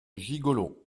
gigolo